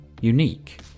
unique